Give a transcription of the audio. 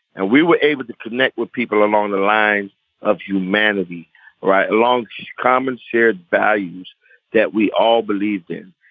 and we were able to connect with people along the lines of humanity right long common shared values that we all believed in.